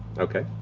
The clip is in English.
okay.